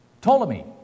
Ptolemy